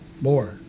More